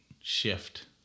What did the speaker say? shift